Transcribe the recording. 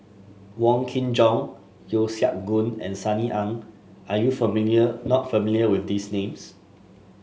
Wong Kin Jong Yeo Siak Goon and Sunny Ang are you familiar not familiar with these names